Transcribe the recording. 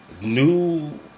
new